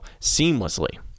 seamlessly